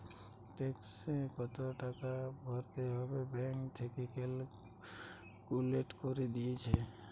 ট্যাক্সে কত টাকা ভরতে হবে ব্যাঙ্ক থেকে ক্যালকুলেট করে দিতেছে